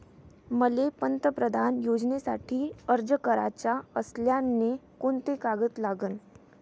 मले पंतप्रधान योजनेसाठी अर्ज कराचा असल्याने कोंते कागद लागन?